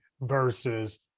versus